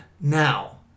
Now